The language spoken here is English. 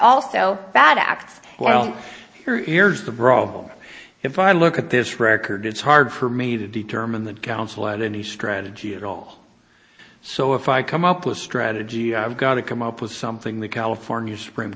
also bad acts well here's the brawl if i look at this record it's hard for me to determine the council or the new strategy at all so if i come up with a strategy i've got to come up with something the california supreme